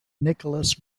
nicholas